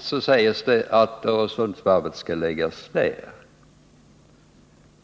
sägs att Öresundsvarvet skall läggas ned.